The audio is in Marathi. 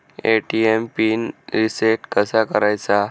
ए.टी.एम पिन रिसेट कसा करायचा?